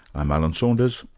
i'm alan saunders,